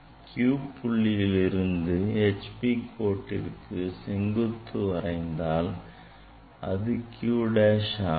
Q புள்ளியிலிருந்து HP கோட்டிற்கு செங்குத்து வரைந்தால் அது QQ dash ஆகும்